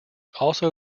also